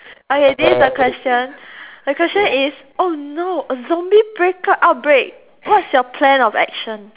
okay this is the question the question is oh no a zombie break out out break what's your plan of action